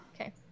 okay